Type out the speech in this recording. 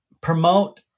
promote